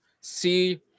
see